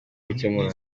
gukemura